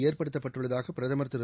ஏற்படுத்தப்பட்டுள்ளதாக பிரதமர் திரு